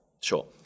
Sure